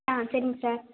ஆ சரிங்க சார்